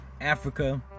Africa